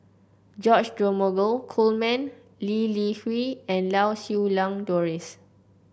George Dromgold Coleman Lee Li Hui and Lau Siew Lang Doris